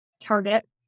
target